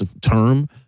term